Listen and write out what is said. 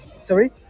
sorry